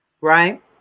right